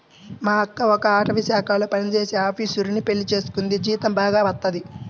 మా అక్క ఒక అటవీశాఖలో పనిజేసే ఆపీసరుని పెళ్లి చేసుకుంది, జీతం బాగానే వత్తది